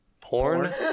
Porn